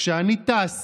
כשאני טס